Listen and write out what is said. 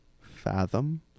fathom